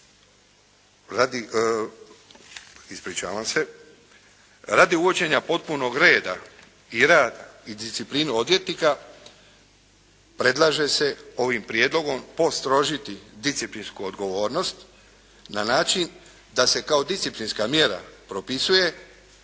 radi uvođenja potpunog reda i rada i discipline odvjetnika predlaže se ovim prijedlogom postrožiti disciplinsku odgovornost na način da se kao disciplinska mjera propisuje,